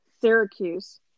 Syracuse